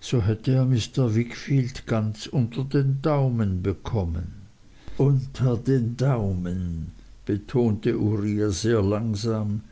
so hätte er mr wickfield ganz unter den daumen bekommen unter den daumen betonte uriah sehr langsam